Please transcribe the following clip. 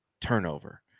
turnover